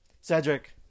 Cedric